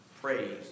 praise